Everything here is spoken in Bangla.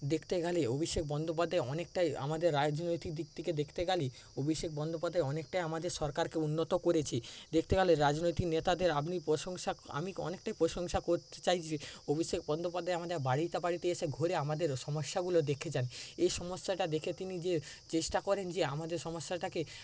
দেখতে গেলে অভিষেক বন্দ্যোপাধ্যায় অনেকটাই আমাদের রাজনৈতিক দিক থেকে দেখতে গেলে অভিষেক বন্দ্যোপাধ্যায় অনেকটাই আমাদের সরকারকে উন্নত করেছে দেখতে গেলে রাজনৈতিক নেতাদের আপনি প্রশংসা আমি অনেকটাই প্রশংসা করতে চাই যে অভিষেক বন্দ্যোপাধ্যায় আমাদের বাড়িতে বাড়িতে এসে ঘুরে আমাদের সমস্যাগুলো দেখে যান এই সমস্যাটা দেখে তিনি যে চেষ্টা করেন যে আমাদের সমস্যাটাকে